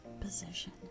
position